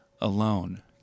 alone